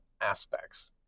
aspects